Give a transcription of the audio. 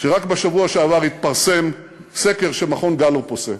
שרק בשבוע שעבר התפרסם סקר שמכון "גאלופ" עושה.